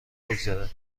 بگذارد